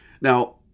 Now